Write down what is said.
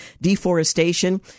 deforestation